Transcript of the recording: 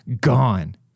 gone